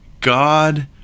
God